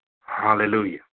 Hallelujah